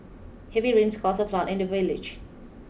heavy rains caused a flood in the village